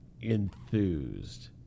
enthused